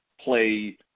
play